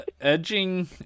Edging